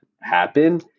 happen